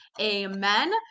Amen